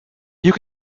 you